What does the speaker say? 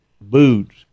boots